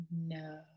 No